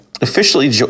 officially